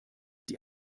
die